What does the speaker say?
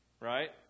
right